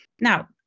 Now